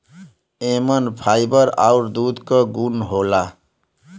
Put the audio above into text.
एमन फाइबर आउर दूध क गुन होला